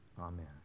Amen